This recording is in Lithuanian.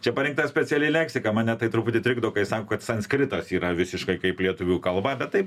čia parinkta speciali leksika mane tai truputį trikdo kai sako kad sanskritas yra visiškai kaip lietuvių kalba bet taip